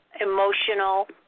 emotional